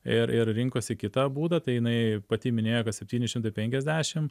ir ir rinkosi kitą būdą tai jinai pati minėjo apie septyni šimtai penkiasdešim